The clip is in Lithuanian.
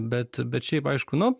bet bet šiaip aišku nu